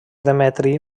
demetri